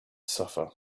suffer